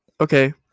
okay